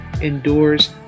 Endures